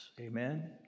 Amen